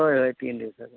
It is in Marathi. होय होय तीन दिवसात होय